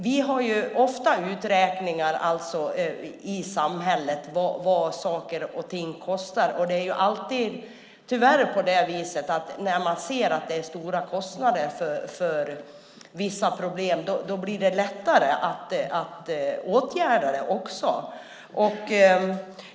Vi gör ofta uträkningar av vad saker och ting i samhället kostar, och det är tyvärr alltid så att när man ser att det är stora kostnader för vissa problem blir det lättare att åtgärda dem.